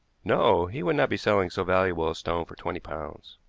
no he would not be selling so valuable a stone for twenty pounds.